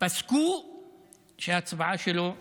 פסקו שההצבעה שלו מאושרת,